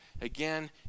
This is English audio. again